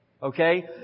Okay